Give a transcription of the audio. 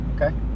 Okay